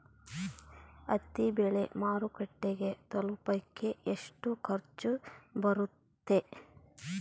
ಹತ್ತಿ ಬೆಳೆ ಮಾರುಕಟ್ಟೆಗೆ ತಲುಪಕೆ ಎಷ್ಟು ಖರ್ಚು ಬರುತ್ತೆ?